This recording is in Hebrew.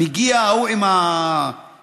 מגיע ההוא עם העגלה,